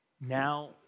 now